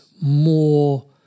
more